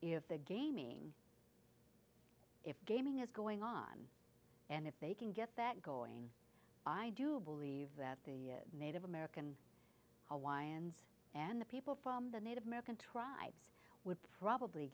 if the gaming if gaming is going on and if they can get that going i do believe that the native american alliance and the people from the native american tribes would probably